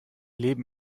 leben